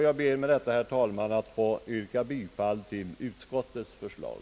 Jag ber med det anförda, herr talman, att få yrka bifall till utskottets förslag.